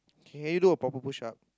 can you do a proper push up